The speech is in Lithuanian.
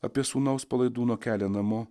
apie sūnaus palaidūno kelią namo